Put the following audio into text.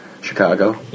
Chicago